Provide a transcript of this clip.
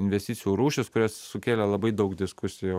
investicijų rūšys kurios sukėlė labai daug diskusijų